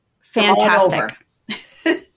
fantastic